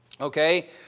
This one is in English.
Okay